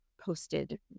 posted